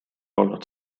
olnud